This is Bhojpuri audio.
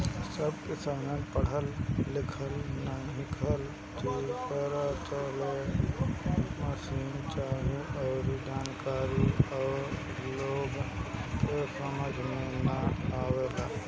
सब किसान पढ़ल लिखल नईखन, जेकरा चलते मसीन चाहे अऊरी जानकारी ऊ लोग के समझ में ना आवेला